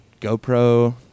GoPro